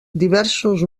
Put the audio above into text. diversos